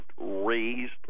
raised